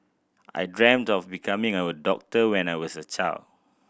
I dreamt of becoming a doctor when I was a child